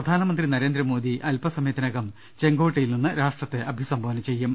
പ്രധാനമന്ത്രി നരേന്ദ്രമോദി അൽപ്പസമയത്തിനകം ചെങ്കോട്ടയിൽ നിന്ന് രാഷ്ട്രത്തെ അഭി സംബോധന ചെയ്യും